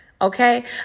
Okay